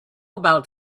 about